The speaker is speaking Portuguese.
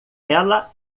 ela